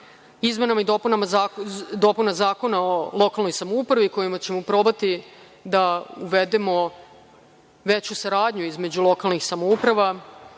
izmenama i dopunama Zakona o lokalnoj samoupravi, kojima ćemo probati da uvedemo veću saradnju između lokalnih samouprava,